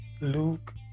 Luke